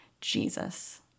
Jesus